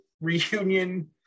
reunion